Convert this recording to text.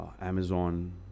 Amazon